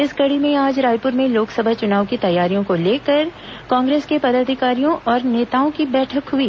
इस कड़ी में आज रायपुर में लोकसभा चुनाव की तैयारियों को लेकर कांग्रेस के पदाधिकारियों और नेताओं की बैठक हुई